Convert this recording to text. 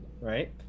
right